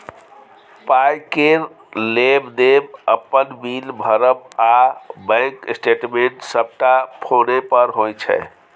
पाइ केर लेब देब, अपन बिल भरब आ बैंक स्टेटमेंट सबटा फोने पर होइ छै